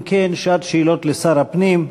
אם כן, שעת שאלות לשר הפנים.